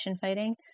fighting